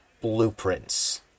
blueprints